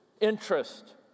interest